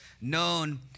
known